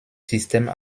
système